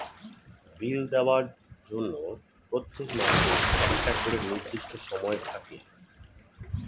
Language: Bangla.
বিল দেওয়ার জন্য প্রত্যেক মাসে একটা করে নির্দিষ্ট সময় থাকে